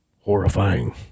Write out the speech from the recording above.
horrifying